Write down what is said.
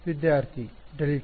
ವಿದ್ಯಾರ್ಥಿ ಡೆಲ್ಟಾ